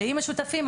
ועם השותפים,